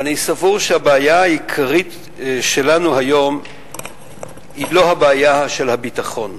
אבל אני סבור שהבעיה העיקרית שלנו היום היא לא הבעיה של הביטחון,